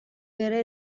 ere